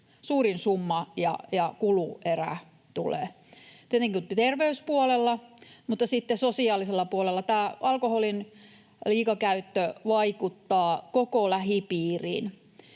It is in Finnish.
suurin summa ja kuluerä tulee — tämä tietenkin terveyspuolella. Sitten sosiaalisella puolella alkoholin liikakäyttö vaikuttaa koko lähipiiriin